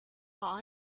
law